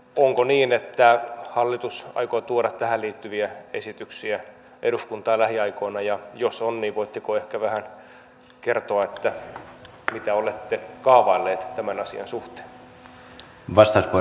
onko niin että hallitus aikoo tuoda tähän liittyviä esityksiä eduskuntaan lähiaikoina ja jos on niin voitteko ehkä vähän kertoa mitä olette kaavailleet tämän asian suhteen